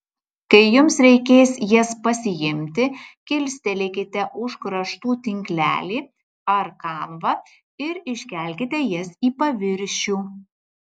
kai jums reikės jas pasiimti kilstelėkite už kraštų tinklelį ar kanvą ir iškelkite jas į paviršių